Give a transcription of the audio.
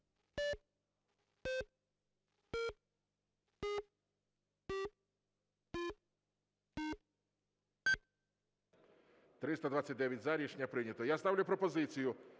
За-329 Рішення прийнято. Я ставлю пропозицію